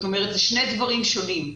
זאת אומרת, אלה שני דברים שונים.